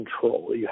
control